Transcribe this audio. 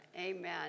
amen